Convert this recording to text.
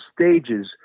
stages